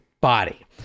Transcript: body